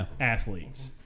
athletes